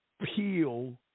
peel